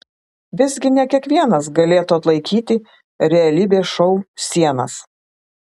visgi ne kiekvienas galėtų atlaikyti realybės šou sienas